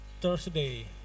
Thursday